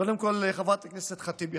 קודם כול, חברת הכנסת ח'טיב יאסין,